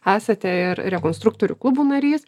esate ir rekonstruktorių klubų narys